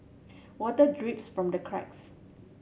water drips from the cracks